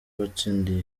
watsindiye